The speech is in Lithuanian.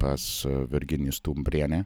pas virginiją stumbrienę